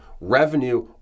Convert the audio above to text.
revenue